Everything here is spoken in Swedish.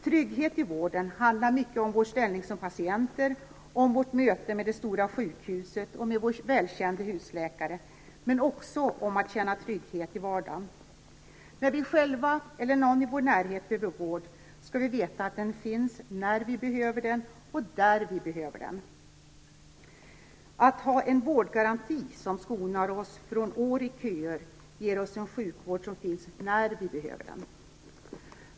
Trygghet i vården handlar mycket om vår ställning som patienter, om vårt möte med det stora sjukhuset och med vår välkände husläkare, men också om att känna trygghet i vardagen. När vi själva eller någon i vår närhet behöver vård skall vi veta att den finns när vi behöver den och där vi behöver den. En vårdgaranti som skonar oss från år i köer ger oss en sjukvård som finns när vi behöver den.